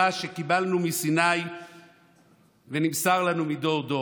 שקיבלנו מסיני ונמסרה לנו מדור לדור.